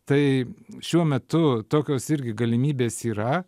tai šiuo metu tokios irgi galimybės yra